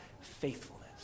faithfulness